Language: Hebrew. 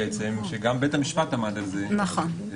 שגם בית המשפט עמד על זה לאחרונה,